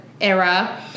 era